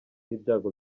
ibyago